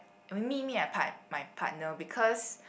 I mean me me and my partner because